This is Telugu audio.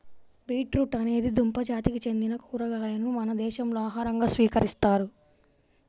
బీట్రూట్ అనేది దుంప జాతికి చెందిన కూరగాయను మన దేశంలో ఆహారంగా స్వీకరిస్తారు